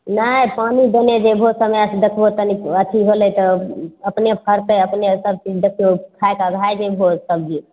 नहि पानि देने जयबहो समय से देखबहो तनिक अथी होलै तऽ अपने फड़तै अपने सबचीज देखिअहु खाएके अघाए जयबहो सब्जी